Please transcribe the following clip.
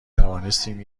توانستیم